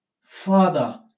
Father